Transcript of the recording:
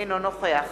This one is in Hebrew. אינו נוכח